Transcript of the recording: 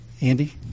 Andy